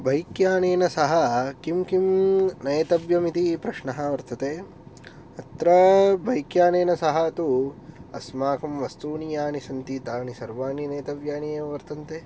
bike यानेन सह किं किं नेतव्यं इति प्रश्नः वर्तते अत्र बैक् यानेन सह तु अस्माकं वस्तूनि यानि सन्ति तानि सर्वाणि नेतव्यानि एव वर्तन्ते